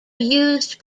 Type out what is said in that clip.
used